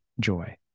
joy